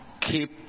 keep